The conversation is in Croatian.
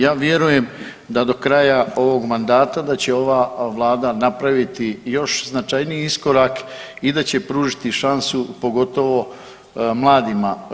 Ja vjerujem da do kraja ovog mandata da će ova Vlada napraviti još značajniji iskorak i da će pružiti šansu pogotovo mladima.